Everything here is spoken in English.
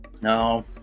No